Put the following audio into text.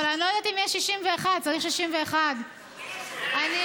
אבל אני לא יודעת אם יש 61. צריך 61. אני